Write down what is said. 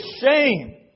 shame